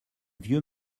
vieux